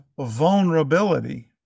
vulnerability